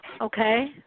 okay